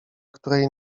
której